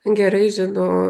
gerai žino